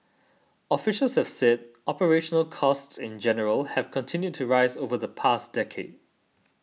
officials have said operational costs in general have continued to rise over the past decade